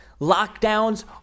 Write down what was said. lockdowns